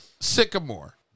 Sycamore